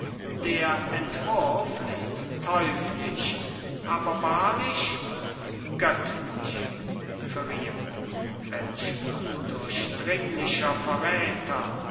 der entwurf ist teuflisch aber wahrlich göttlich feria welch undurchdringlicher verräter